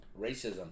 racism